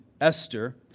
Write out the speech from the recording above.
Esther